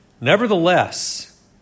Nevertheless